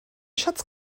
schatz